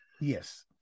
yes